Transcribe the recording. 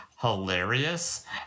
hilarious